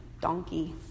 donkey